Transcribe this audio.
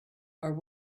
are